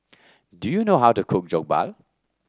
do you know how to cook Jokbal